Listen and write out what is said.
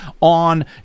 on